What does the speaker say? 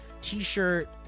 t-shirt